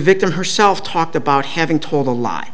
victim herself talked about having told a lie